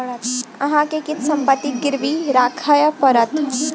अहाँ के किछ संपत्ति गिरवी राखय पड़त